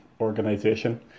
organization